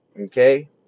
Okay